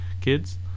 kids